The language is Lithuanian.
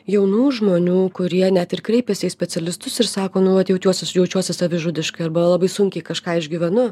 jaunų žmonių kurie net ir kreipiasi į specialistus ir sako nu vat jaučiuosi aš jaučiuosi savižudiškai arba labai sunkiai kažką išgyvenu